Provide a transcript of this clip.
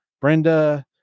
Brenda